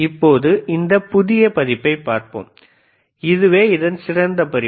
இப்போது இந்த புதிய பதிப்பைப் பார்ப்போம் இதுவே இதன் சிறந்த பதிப்பு